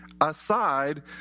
aside